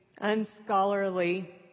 unscholarly